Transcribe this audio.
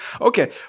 Okay